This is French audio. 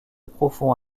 profond